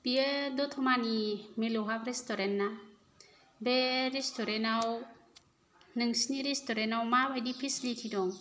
बेयो दथमानि मिलौहाब रेस्टुरेन्त ना बे रेस्टुरेन्ताव नोंसोरनि रेस्टुरेन्ताव माबायदि फेसिलिति दं